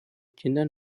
kindern